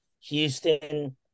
Houston –